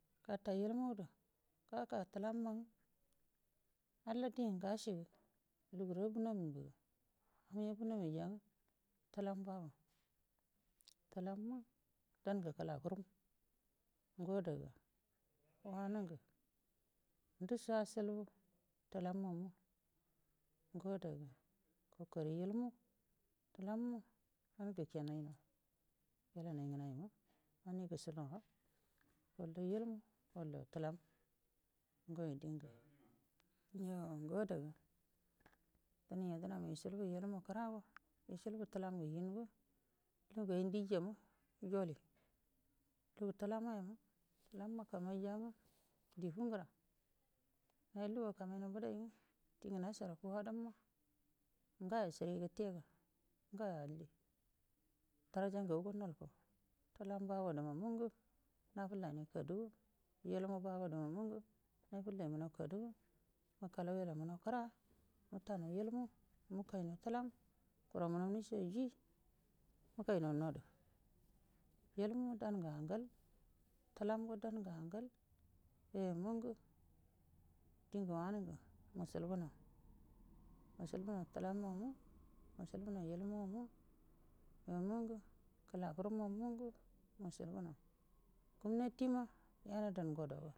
Gata ilmudu gaka tulamma nga hall dingashigə luguru abunomi mbaga hain abunoni ja nga tulam bago tulamma dangə kəlafurum ngo adaga wanungu nduso ashilbu tulammamu ngo adaga kokori ilmu tulamma ani gukenenau durau ngnaima ani gushidamarau follo ilmu follo tulam ngoi ngə dingə yo ngo adaga ndənai yadənama ishilbu ilmu kərago ishilbu tulam ngu hiugo lugu ngə hain dijama joli lugu tulamayama tulamma amanija nga di fuugura nayu luguwa ka mai nau mbadai nga dingo nashana fu adm ma ngoyo shiri gətega ngayo alli daraja ngagugo hol fau tulam bogodu mamungu nafullaimunau kadugu makolau wailamunau kəra mutanau ilmu makainau talau kuramunau nishaji mukainau nodu ilmu dangu angal tulamgo dangu angal yoyo mungu dinga wanungu musliulbunau mashilbunau tulammamu mushilbunau ilmiwamu yo mungə kəlafurumamungu mushilbunau gumnatima yaladan ngodoga.